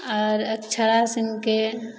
आओर अक्षरा सिंहके